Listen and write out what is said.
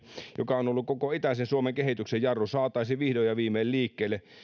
joka on ollut koko itäisen suomen kehityksen jarru saataisiin vihdoin ja viimein liikkeelle